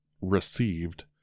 received